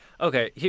Okay